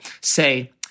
say